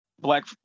black